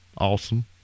Awesome